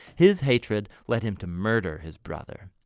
his hatred led him to murder his brother.